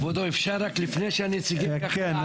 כבודו אפשר רק לפני שהנציגים --- כן,